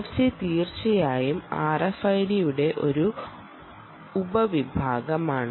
NFC തീർച്ചയായും RFID യുടെ ഒരു ഉപവിഭാഗമാണ്